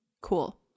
Cool